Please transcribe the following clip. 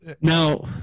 Now